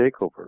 Takeover